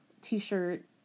t-shirt